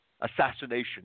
Assassination